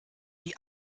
die